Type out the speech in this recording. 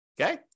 okay